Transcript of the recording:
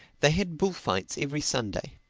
they had bullfights every sunday.